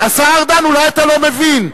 השר ארדן, אולי אתה לא מבין.